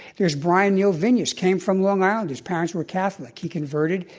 there's bryant neal vinas, came from long island, his parents were catholic, he converted,